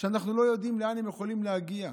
אנחנו לא יודעים לאן הם יכולים להגיע.